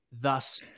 thus